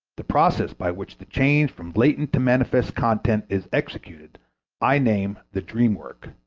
the process by which the change from latent to manifest content is executed i name the dream-work.